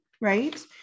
right